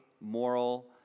moral